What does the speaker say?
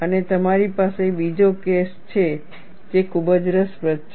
અને તમારી પાસે બીજો કેસ છે જે ખૂબ જ રસપ્રદ છે